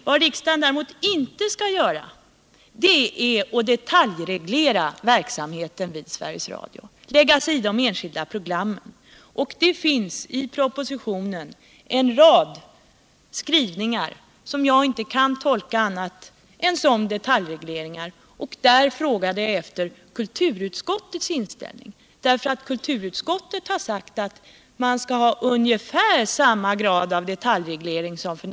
Vad riksdagen däremot inte skall göra är att detaljreglera verksamheten vid Sveriges Radio, lägga sig i de enskilda programmen. Det finns i propositionen en rad skrivningar som jag inte kan tolka annat än som detaljregleringar, och därför frågade jag efter kulturutskottets inställning. Kulturutskottet har nämligen sagt att man skall ha ungefär samma grad av detaljreglering som f. n.